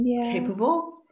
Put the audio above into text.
capable